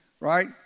Right